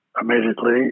immediately